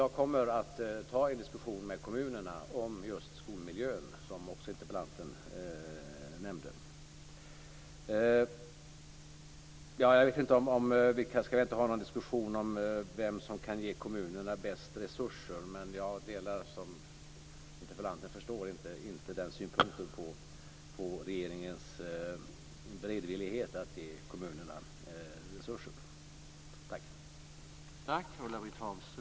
Jag kommer att ta en diskussion med kommunerna om just skolmiljön - som interpellanten nämnde. Vi skall inte ha någon diskussion om vem som kan ge kommunerna bäst resurser. Jag delar inte interpellantens synpunkt på regeringens beredvillighet att ge kommunerna resurser.